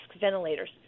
ventilators